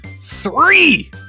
three